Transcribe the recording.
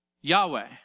Yahweh